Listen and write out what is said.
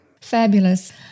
Fabulous